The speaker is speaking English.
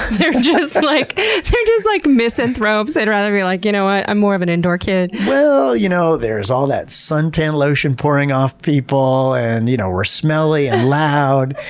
they're just like they're just like misanthropes. they'd rather be like, you know what, i'm more of an indoor kid. well, you know there's all that suntan lotion pouring off people, and you know we're smelly, and loud.